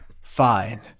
Fine